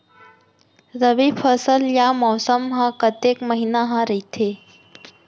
रबि फसल या मौसम हा कतेक महिना हा रहिथे?